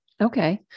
Okay